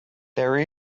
there